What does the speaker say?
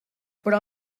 però